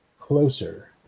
closer